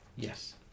yes